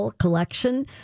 collection